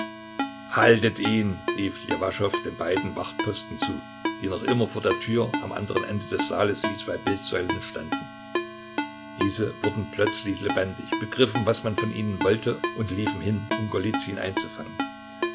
haltet ihn rief ljewaschow den beiden wachtposten zu die noch immer vor der tür am anderen ende des saales wie zwei bildsäulen standen diese wurden plötzlich lebendig begriffen was man von ihnen wollte und liefen hin um golizyn einzufangen